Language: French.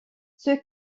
ceux